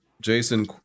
Jason